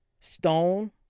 Stone